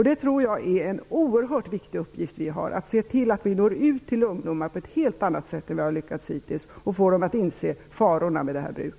Det är en oerhört viktigt uppgift vi har att se till att vi når ut till ungdomar på ett helt annat sätt än vad vi har lyckats hittills och få dem att inse faran med detta bruk.